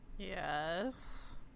yes